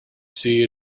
see